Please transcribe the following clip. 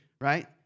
right